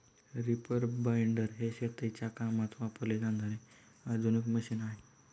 reaper binder हे शेतीच्या कामात वापरले जाणारे आधुनिक मशीन आहे